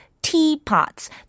Teapots